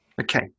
Okay